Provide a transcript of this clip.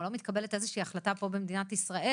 או שלא מתקבלת איזושהי החלטה פה במדינת ישראל